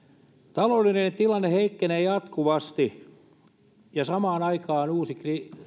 taloudellinen tilanne heikkenee jatkuvasti ja samaan aikaan uusi